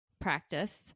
practice